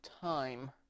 time